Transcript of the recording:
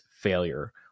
failure